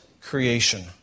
creation